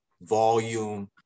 volume